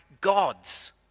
gods